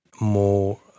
more